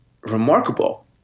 remarkable